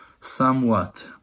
somewhat